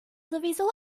sowieso